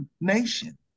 nation